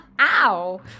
Ow